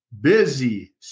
busy